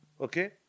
Okay